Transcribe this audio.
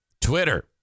Twitter